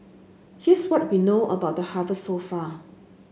here's what we know about the harvest so far